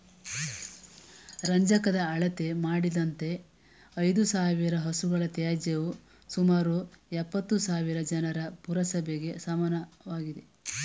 ರಂಜಕದ ಅಳತೆ ಮಾಡಿದಂತೆ ಐದುಸಾವಿರ ಹಸುಗಳ ತ್ಯಾಜ್ಯವು ಸುಮಾರು ಎಪ್ಪತ್ತುಸಾವಿರ ಜನರ ಪುರಸಭೆಗೆ ಸಮನಾಗಿದೆ